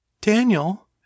Daniel